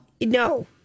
No